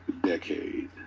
decade